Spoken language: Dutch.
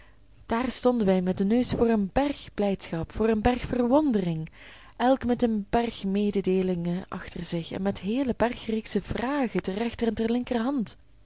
daar stonden wij met den neus voor een berg blijdschap voor een berg verwondering elk met een berg mededeelingen achter zich en met heele bergreeksen vragen ter rechter en ter linkerhand